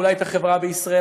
ואולי את החברה בישראל.